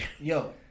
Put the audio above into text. Yo